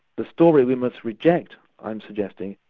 the story we must reject, i am suggesting,